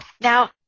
Now